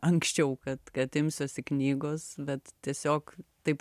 anksčiau kad kad imsiuosi knygos bet tiesiog taip